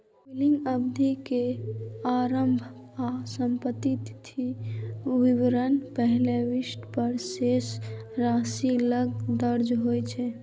billing अवधि के आरंभ आ समाप्ति तिथि विवरणक पहिल पृष्ठ पर शेष राशि लग दर्ज होइ छै